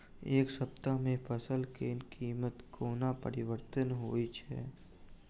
एक सप्ताह मे फसल केँ कीमत कोना परिवर्तन होइ छै?